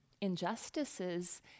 injustices